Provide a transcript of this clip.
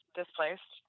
displaced